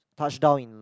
touch down in